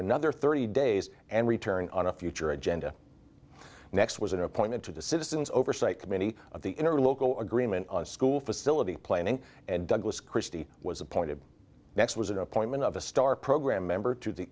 another thirty days and return on a future agenda next was an appointment to the citizens oversight committee of the inner local agreement school facility planning and douglas christie was appointed next was an appointment of a star program member to